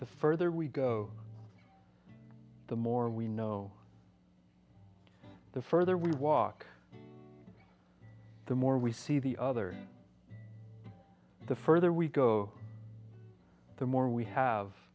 the further we go the more we know the further we walk the more we see the other the further we go the more we have